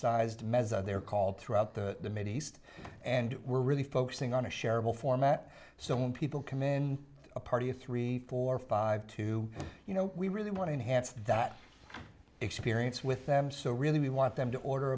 sized they're called throughout the mideast and we're really focusing on a shareable format so when people come in a party of three four five two you know we really want to hand that experience with them so really we want them to order